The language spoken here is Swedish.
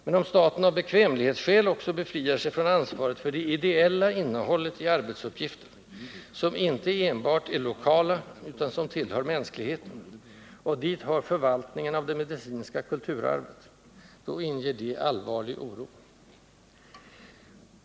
Men om staten av bekvämlighetsskäl också befriar sig från ansvaret för det ideella innehållet i arbetsuppgifter, som icke är enbart lokala utan också tillhör mänskligheten — och dit hör förvaltningen av det medicinska kulturarvet — då inger detta allvarlig oro.